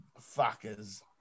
fuckers